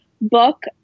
book